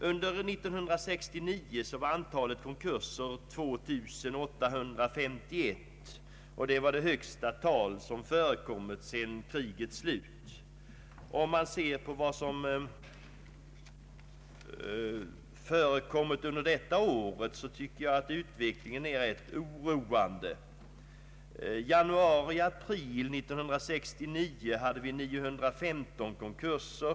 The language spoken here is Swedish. Under 1969 uppgick antalet konkurser till 2 851, vilket är det högsta antal som har förekommit sedan krigets slut. Utvecklingen under detta år har varit oroande. Under tiden januari—april 1969 inträffade 913 konkurser.